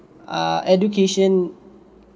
err education